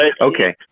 Okay